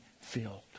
filled